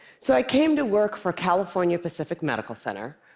so i came to work for california pacific medical center,